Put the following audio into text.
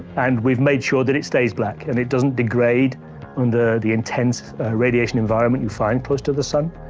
and we've made sure that it stays black and it doesn't degrade under the intense radiation environment you find close to the sun.